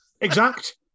exact